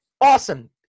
Awesome